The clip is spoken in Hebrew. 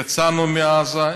יצאנו מעזה,